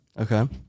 Okay